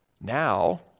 now